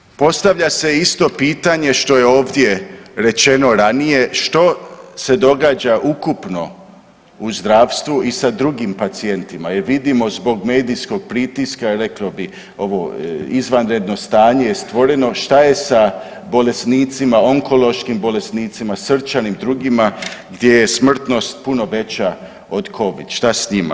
Dakle, postavlja se isto pitanje što je ovdje rečeno ranije, što se događa ukupno u zdravstvu i sa drugim pacijentima jer vidimo zbog medijskog pritiska reklo bi ovo izvanredno stanje je stvoreno šta je sa bolesnicima, onkološkim bolesnicima, srčanim, drugima, gdje je smrtnost puno veća od covid, šta s njima?